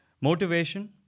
Motivation